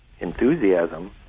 enthusiasm